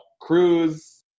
Cruz